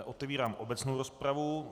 Otevírám obecnou rozpravu.